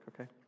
okay